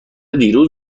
دیروز